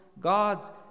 God